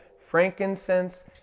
frankincense